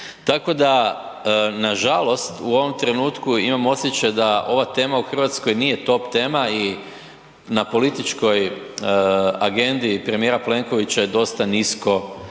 Tako da nažalost u ovom trenutku imam osjećaj da ova tema u Hrvatskoj nije top tema i na političkoj agendi premijera Plenkovića je dosta nisko